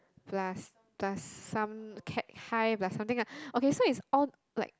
plus plus some Cat High plus something ah okay so is all like